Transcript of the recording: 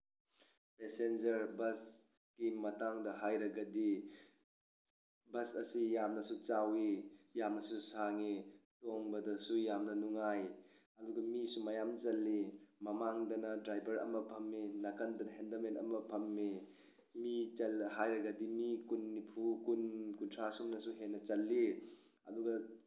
passenger bus ꯀꯤ ꯃꯇꯥꯡꯗ ꯍꯥꯏꯔꯒꯗꯤ ꯕꯁ ꯑꯁꯤ ꯌꯥꯝꯅꯁꯨ ꯆꯥꯎꯋꯤ ꯌꯥꯝꯅꯁꯨ ꯁꯥꯡꯉꯤ ꯇꯣꯡꯕꯗꯁꯨ ꯌꯥꯝꯅ ꯅꯨꯡꯉꯥꯏ ꯑꯗꯨꯒ ꯃꯤꯁꯨ ꯃꯌꯥꯝ ꯆꯜꯂꯤ ꯃꯃꯥꯡꯗꯅ ꯗ꯭ꯔꯥꯏꯕꯔ ꯑꯃ ꯐꯝꯃꯤ ꯅꯥꯀꯜꯗꯅ ꯍꯦꯟꯗꯃꯦꯟ ꯑꯃ ꯐꯝꯃꯤ ꯃꯤ ꯆꯜ ꯍꯥꯏꯔꯒꯗꯤ ꯃꯤ ꯀꯨꯟ ꯅꯤꯐꯨ ꯀꯨꯟ ꯀꯨꯟꯊ꯭ꯔꯥ ꯑꯁꯨꯝꯅꯁꯨ ꯍꯦꯟꯅ ꯆꯜꯂꯤ ꯑꯗꯨꯒ